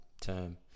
term